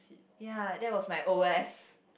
ya that was my O_S